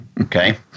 Okay